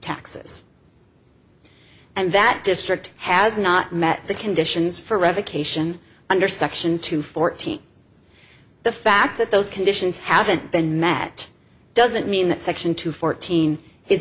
taxes and that district has not met the conditions for revocation under section two fourteen the fact that those conditions haven't been met doesn't mean that section two fourteen is